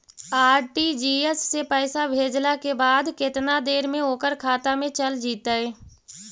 RTGS से पैसा भेजला के बाद केतना देर मे ओकर खाता मे चल जितै?